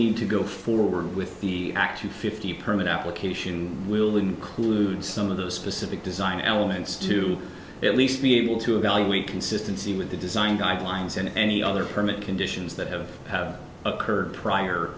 need to go forward with the actually fifty permit application will include some of the specific design elements to at least be able to evaluate consistency with the design guidelines and any other permit conditions that have occurred prior